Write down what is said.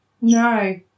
no